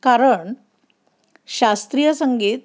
कारण शास्त्रीय संगीत